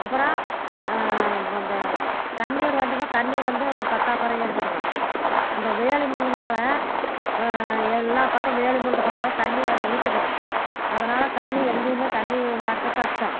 அப்புறம் இந்த இந்த தண்ணீர் வந்துங்க தண்ணி வந்து பற்றாக்குறையாக இருக்குதுங்க அந்த வேலி முள்ளினால எல்லா பக்கம் வேலி முள் இருக்கிறதுனால தண்ணி அது இழுத்துக்குது அதனால் தண்ணி எங்கேயுமே தண்ணி வரது கஷ்டம்